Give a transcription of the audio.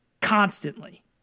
constantly